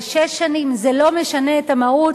לשש שנים לא משנה את המהות,